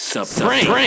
Supreme